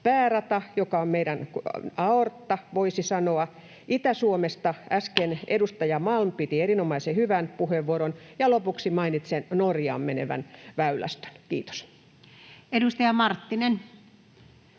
päärata on kuin meidän aortta, voisi sanoa. Itä-Suomesta äsken edustaja Malm piti erinomaisen hyvän puheenvuoron. Ja lopuksi mainitsen Norjaan menevän väylästön. — Kiitos. [Speech